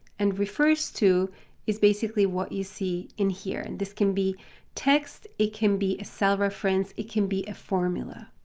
and refers to is basically what you see in here, and this can be text, it can be a cell reference, it can be a formula.